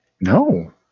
No